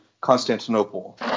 Constantinople